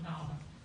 תודה רבה.